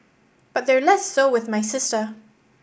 but they're less so with my sister